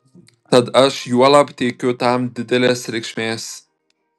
tad aš juolab teikiu tam didelės reikšmės